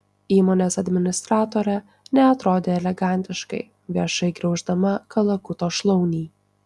įmonės administratorė neatrodė elegantiškai viešai griauždama kalakuto šlaunį